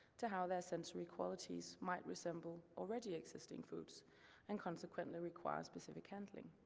to how their sensory qualities might resemble already existing foods and consequently requires specific handling.